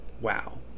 Wow